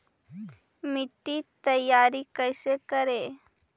मिट्टी तैयारी कैसे करें?